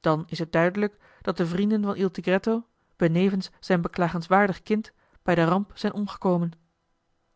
dan is het duidelijk dat de vrienden van il tigretto benevens zijn beklagenswaardig kind bij de ramp zijn omgekomen